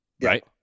right